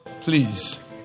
please